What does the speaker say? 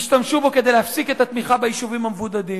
ישתמשו בו כדי להפסיק את התמיכה ביישובים המבודדים,